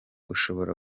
ushobora